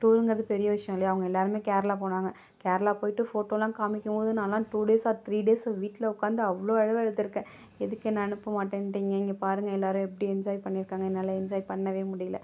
டூர்ங்கிறது பெரிய விஷயம் இல்லையா அவங்க எல்லாேருமே கேரளா போனாங்க கேரளா போயிட்டு போடோயெலாம் காமிக்கும் போது நானெலாம் two days or three days வீட்டில் உட்காந்து அவ்வளோ அழுகை அழுதிருக்கேன் எதுக்கு என்னை அனுப்பமாட்டேன்ட்டிங்க இங்கே பாருங்க எல்லாேரும் எப்படி என்ஜாய் பண்ணியிருக்காங்க என்னால் என்ஜாய் பண்ணவே முடியல